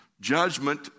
Judgment